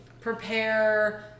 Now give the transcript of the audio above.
prepare